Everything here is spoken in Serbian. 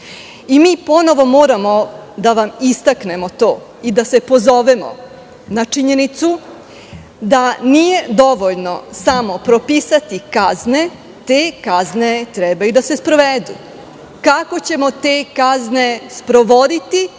ponovo moramo da vam istaknemo to i da se pozovemo na činjenicu da nije dovoljno samo propisati kazne. Te kazne treba i da se sprovedu. Kako ćemo te kazne sprovoditi